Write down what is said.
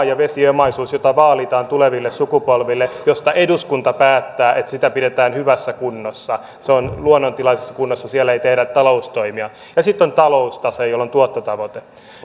ja vesi omaisuus jota vaalitaan tuleville sukupolville josta eduskunta päättää että sitä pidetään hyvässä kunnossa se on luonnontilaisessa kunnossa siellä ei tehdä taloustoimia ja sitten on taloustase jolla on tuottotavoite